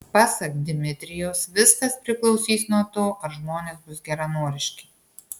pasak dmitrijaus viskas priklausys nuo to ar žmonės bus geranoriški